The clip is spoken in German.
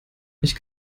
ich